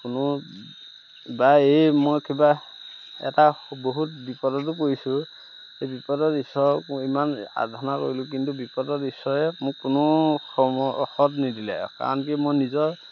কোনো বা এই মই কিবা এটা বহুত বিপদতো পৰিছোঁ এই বিপদত ঈশ্বৰক মই ইমান আৰাধনা কৰিলোঁ কিন্তু বিপদৰ ঈশ্বৰে মোক কোনো সৎ নিদিলে কাৰণ কি মই নিজৰ